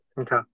Okay